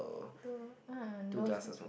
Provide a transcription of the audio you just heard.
to !ah! those